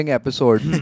episode